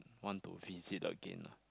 want to visit again